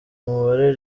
umubare